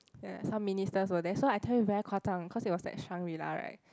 ya some ministers were there so I tell you very 夸张 cause it was at Shangri-la right